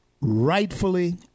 rightfully